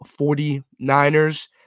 49ers